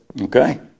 Okay